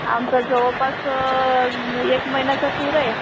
आमचा जवळपास एक महिन्याचा टूर आहे